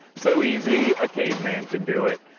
so easy, a caveman could do it.